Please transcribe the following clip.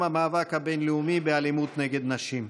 המאבק הבין-לאומי באלימות נגד נשים.